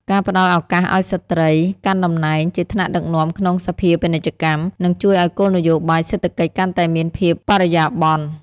ការផ្ដល់ឱកាសឱ្យស្ត្រីកាន់តំណែងជាថ្នាក់ដឹកនាំក្នុងសភាពាណិជ្ជកម្ម នឹងជួយឱ្យគោលនយោបាយសេដ្ឋកិច្ចកាន់តែមានភាពបរិយាបន្ន។